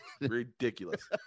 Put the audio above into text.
Ridiculous